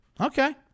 Okay